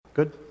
Good